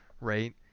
right